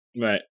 right